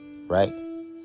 right